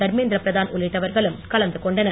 தர்மேந்திர பிரதான் உள்ளிட்டவர்களும் கலந்து கொண்டனர்